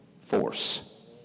force